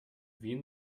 wien